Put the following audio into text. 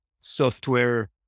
software